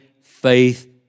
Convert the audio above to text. faith